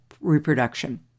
reproduction